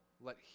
let